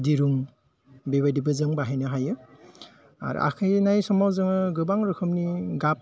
दिरुं बेबायदिबो जों बाहायनो हायो आरो आखाइनाय समाव जोङो गोबां रोखोमनि गाब